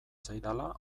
zaidala